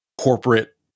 corporate